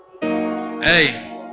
Hey